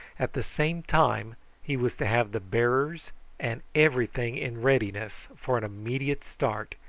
at the same time he was to have the bearers and everything in readiness for an immediate start,